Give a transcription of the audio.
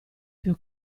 più